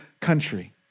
country